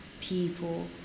people